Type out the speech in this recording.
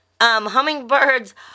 hummingbirds